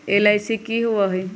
LIC की होअ हई?